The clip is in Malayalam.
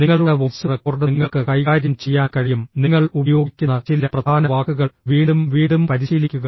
നിങ്ങളുടെ വോയ്സ് റെക്കോർഡ് നിങ്ങൾക്ക് കൈകാര്യം ചെയ്യാൻ കഴിയും നിങ്ങൾ ഉപയോഗിക്കുന്ന ചില പ്രധാന വാക്കുകൾ വീണ്ടും വീണ്ടും പരിശീലിക്കുക